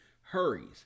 hurries